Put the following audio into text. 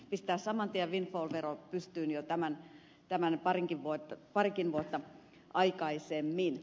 pistää saman tien windfall vero pystyyn jo parikin vuotta aikaisemmin